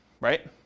right